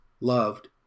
loved